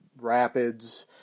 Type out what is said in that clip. Rapids